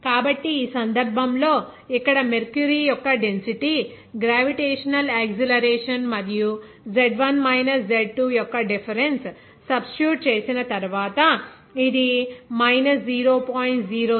కాబట్టి ఈ సందర్భంలో ఇక్కడ మెర్క్యూరీ యొక్క డెన్సిటీ గ్రావిటేషనల్ యాక్సిలరేషన్ మరియు Z1 మైనస్ Z2 యొక్క డిఫరెన్స్ సబ్స్టిట్యూట్ చేసిన తర్వాత ఇది మైనస్ 0